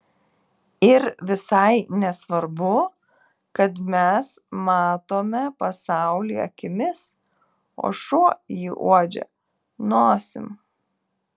ir visai nesvarbu kad mes matome pasaulį akimis o šuo jį uodžia nosim